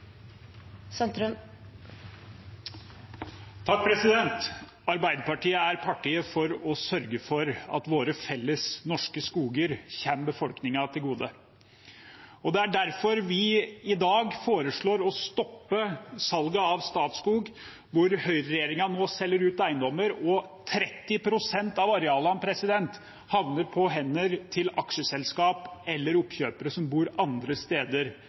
partiet for å sørge for at våre felles norske skoger kommer befolkningen til gode. Det er derfor vi i dag foreslår å stoppe salget av Statskog, der høyreregjeringen nå selger ut eiendommer og 30 pst. av arealene havner på hender til aksjeselskaper eller oppkjøpere som bor andre steder